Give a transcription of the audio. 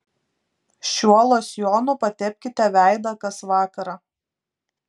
šiuo losjonu patepkite veidą kas vakarą